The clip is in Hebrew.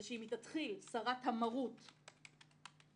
זה שאם תתחיל שרת המרות, והתבדחתי,